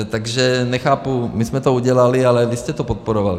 Takže nechápu, my jsme to udělali, ale vy jste to podporovali.